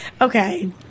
okay